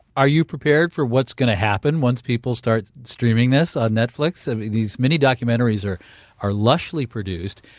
are you prepared for what's going to happen once people start streaming this on netflix? um these mini-documentaries are are lushly produced,